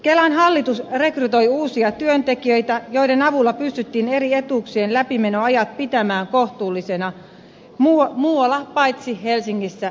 kelan hallitus rekrytoi uusia työntekijöitä joiden avulla pystyttiin eri etuuksien läpimenoajat pitämään kohtuullisina muualla paitsi helsingissä ja turussa